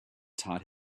taught